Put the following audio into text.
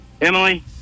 Emily